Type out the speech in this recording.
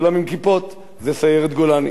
כולם עם כיפות, זה סיירת גולני.